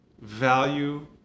value